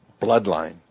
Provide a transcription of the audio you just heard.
bloodline